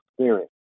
spirit